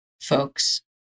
folks